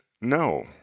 no